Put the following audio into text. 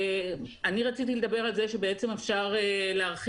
אני רציתי לדבר על כך שבעצם אפשר להרחיב